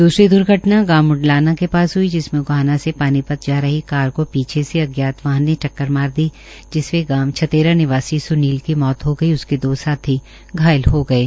दूसरी दुर्घटन गांव मुंडलाना के पास ह्ई जिसमें गोहाना से पानीपत जा रही कार को पीछे से अज्ञात वाहन ने टक्कर मार दी जिसमें गांव छतेरा निवासी सुनील की मौत हो गई उसके दो साथी घायल हो गये